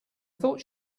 thought